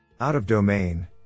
Out-of-Domain